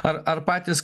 ar ar patys